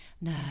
No